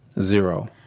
Zero